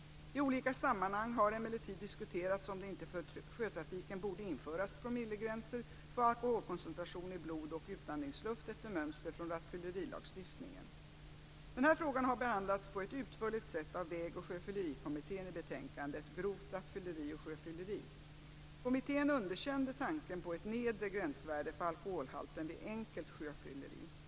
I olika sammanhang har emellertid diskuterats om det inte för sjötrafiken borde införas promillegränser för alkoholkoncentration i blod och utandningsluft efter mönster från rattfyllerilagstiftningen. Denna fråga har behandlats på ett utförligt sätt av Väg och sjöfyllerikommittén i betänkandet Grovt rattfylleri och Sjöfylleri. Kommittén underkände tanken på ett nedre gränsvärde för alkoholhalten vid enkelt sjöfylleri.